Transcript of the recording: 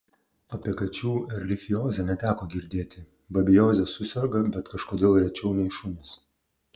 apie kačių erlichiozę neteko girdėti babezioze suserga bet kažkodėl rečiau nei šunys